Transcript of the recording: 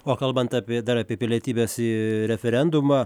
o kalbant apie dar apie pilietybės į referendumą